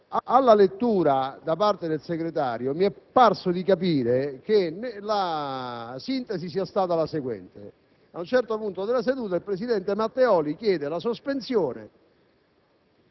alla lettura da parte della senatrice segretario mi è parso di capire che la sintesi sia stata la seguente: a un certo punto della seduta, il presidente Matteoli chiede la sospensione;